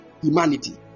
humanity